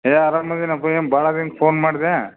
A ಆರಾಮ ಇದ್ದೀನಿಪ್ಪ ಏನು ಭಾಳ ದಿನಕ್ಕೆ ಫೋನ್ ಮಾಡಿದೆ